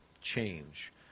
change